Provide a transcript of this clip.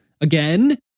again